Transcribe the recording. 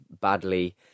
badly